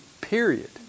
period